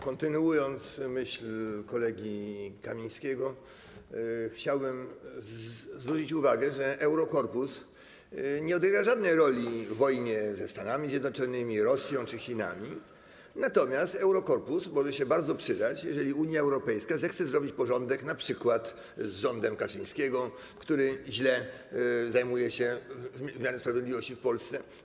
Kontynuując myśl kolegi Kamińskiego, chciałbym zwrócić uwagę, że Eurokorpus nie odegra żadnej roli w wojnie ze Stanami Zjednoczonymi, Rosją czy Chinami, natomiast może się bardzo przydać, jeżeli Unia Europejska zechce zrobić porządek np. z rządem Kaczyńskiego, który źle zajmuje się wymiarem sprawiedliwości w Polsce.